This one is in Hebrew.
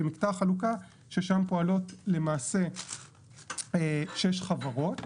ומקטע החלוקה ששם פועלות למעשה שש חברות